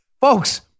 Folks